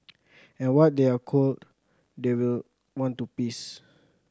and what they are cold they will want to piss